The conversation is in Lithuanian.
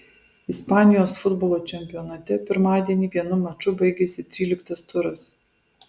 ispanijos futbolo čempionate pirmadienį vienu maču baigėsi tryliktas turas